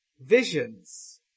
visions